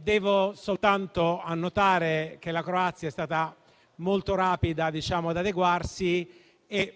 Devo soltanto annotare che la Croazia è stata molto rapida ad adeguarsi.